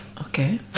Okay